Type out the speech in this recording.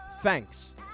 Thanks